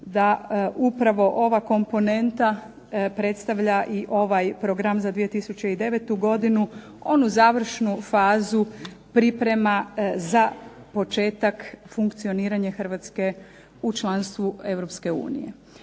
da upravo ova komponenta predstavlja i ovaj program za 2009. godinu, onu završnu fazu priprema za početak funkcioniranja Hrvatske u članstvu